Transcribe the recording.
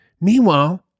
Meanwhile